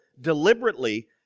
deliberately